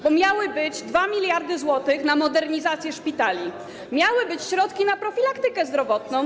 Bo miały być 2 mld zł na modernizację szpitali, miały być środki na profilaktykę zdrowotną.